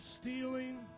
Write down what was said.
stealing